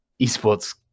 esports